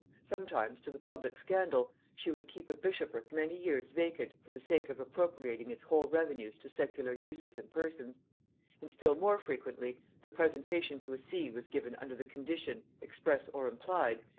sometimes, to the public scandal, she would keep a bishopric many years vacant for the sake of appropriating its whole revenues to secular uses and persons and still more frequently, the presentation to a see was given under the condition, express or implied,